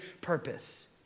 purpose